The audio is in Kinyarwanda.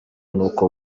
n’uko